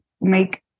make